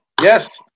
Yes